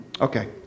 Okay